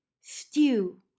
stew